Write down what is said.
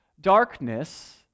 darkness